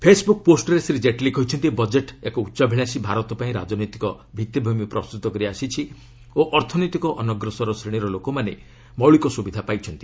Facebook ପୋଷ୍ଟରେ ଶ୍ରୀ କେଟଲୀ କହିଛନ୍ତି ବଜେଟ୍ ଏକ ଉଚ୍ଚାଭିଳାସୀ ଭାରତ ପାଇଁ ରାଜନୈତିକ ଭିଭିମି ପ୍ରସ୍ତୁତ କରି ଆସିଛି ଓ ଅର୍ଥନୈତିକ ଅନଗ୍ରସର ଶ୍ରେଣୀର ଲୋକମାନେ ମୌଳିକ ସୁବିଧା ପାଇଛନ୍ତି